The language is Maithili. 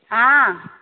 हॅं